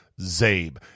ZABE